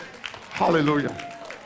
Hallelujah